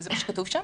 זה מה שכתוב שם?